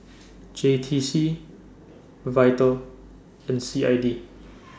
J T C Vital and C I D